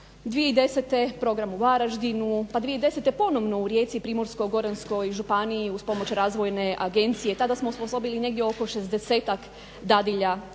2010. program u Varaždinu, pa 2010. ponovno u Rijeci, u Primorsko-goranskoj županiji uz pomoć razvojne agencije tada smo osposobili negdje oko 60 dadilja